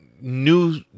new